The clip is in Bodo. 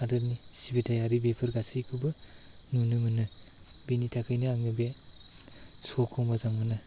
हादोरनि सिबिथायारि बेफोर गासैखौबो नुनो मोनो बिनि थाखायनो आङो बे श'खौ मोजां मोनो